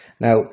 Now